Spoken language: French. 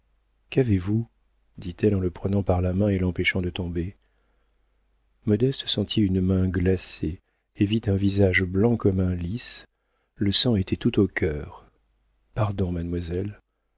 qu'avez-vous dit-elle en le prenant par la main et l'empêchant de tomber modeste sentit une main glacée et vit un visage blanc comme un lys le sang était tout au cœur pardon mademoiselle